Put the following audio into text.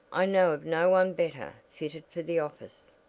i know of no one better fitted for the office.